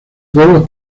pueblos